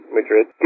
Madrid